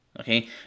Okay